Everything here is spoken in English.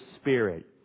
Spirit